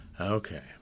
Okay